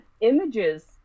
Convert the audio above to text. images